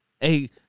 Hey